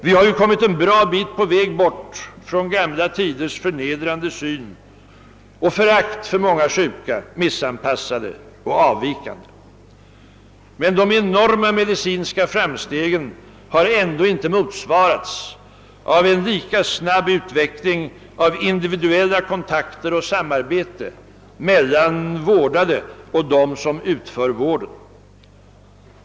Vi har ju kommit en bra bit på väg bort från gamla tiders förnedrande syn på och förakt för många sjuka, miss .anpassade och avvikande, men de enorma medicinska framstegen har ändå inte motsvarats av en lika snabb utveckling av individuella kontakter och samarbete mellan vårdade och dem som lämnar vården.